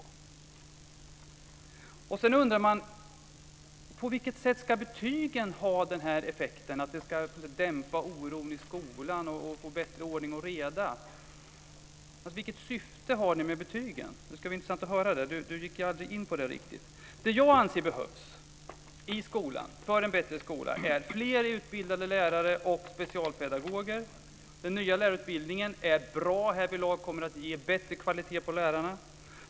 Man kan också undra på vilket sätt betygen ska ha effekten att dämpa oron i skolan och skapa bättre ordning och reda. Vilket syfte har ni med betygen? Det skulle vara intressant att höra det, för Lars Leijonborg gick aldrig in på det riktigt. Det som jag anser behövs i skolan, för en bättre skola, är fler utbildade lärare och specialpedagoger. Den nya lärarutbildningen är bra härvidlag. Den kommer att ge bättre kvalitet på lärarna.